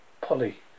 Polly